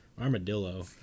armadillo